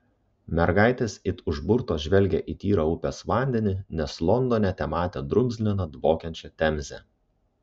mergaitės it užburtos žvelgė į tyrą upės vandenį nes londone tematė drumzliną dvokiančią temzę